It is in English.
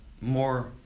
more